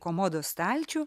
komodos stalčių